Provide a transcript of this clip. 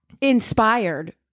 inspired